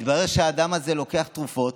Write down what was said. התברר שהאדם הזה לוקח תרופות.